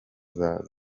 zabo